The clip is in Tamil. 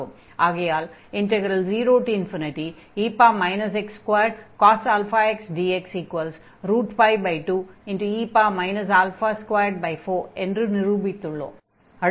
ஆகையால் 0e x2cos αx dx2e 24 என்று நிரூபித்துள்ளோம்